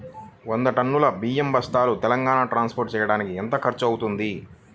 వంద టన్నులు బియ్యం బస్తాలు తెలంగాణ ట్రాస్పోర్ట్ చేయటానికి కి ఎంత ఖర్చు అవుతుంది?